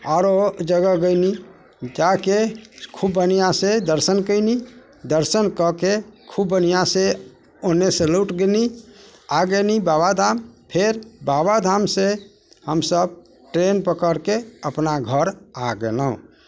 आओरो जगह गइली जाके खूब बढ़िआँसँ दर्शन कइली दर्शन कऽके खूब बढ़िआँसँ ओने सँ लौटि गेली आओर गेली बाबा धाम फेर बाबा धामसँ हमसब ट्रेन पकड़िके अपना घर आ गेलहुँ